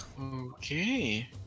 Okay